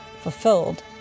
fulfilled